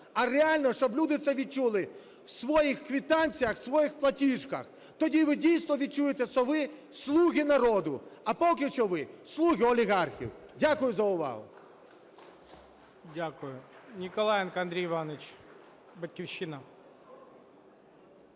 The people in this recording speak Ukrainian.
а реально, щоб люди це відчули в своїх квитанціях, в своїх платіжках. Тоді ви дійсно відчуєте, що ви – слуги народу. А поки що ви – слуги олігархів. Дякую за увагу.